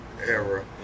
era